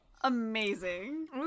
Amazing